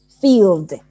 field